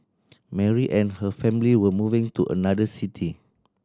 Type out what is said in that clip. Mary and her family were moving to another city